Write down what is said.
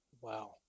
Wow